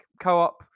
co-op